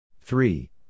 Three